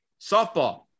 softball